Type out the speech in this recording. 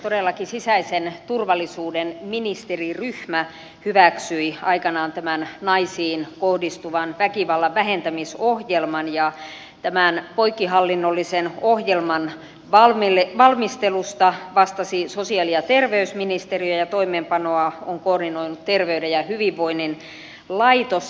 todellakin sisäisen turvallisuuden ministeriryhmä hyväksyi aikanaan tämän naisiin kohdistuvan väkivallan vähentämisohjelman ja tämän poikkihallinnollisen ohjelman valmistelusta vastasi sosiaali ja terveysministeriö ja toimeenpanoa on koordinoinut terveyden ja hyvinvoinnin laitos